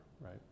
right